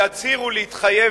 להצהיר ולהתחייב,